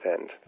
end